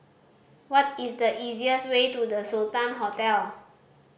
what is the easiest way to The Sultan Hotel